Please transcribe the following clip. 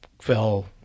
fell